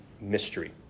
mystery